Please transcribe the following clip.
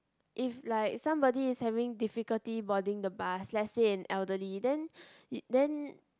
if like somebody is having difficulty boarding the bus let's say an elderly then then